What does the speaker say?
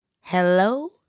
Hello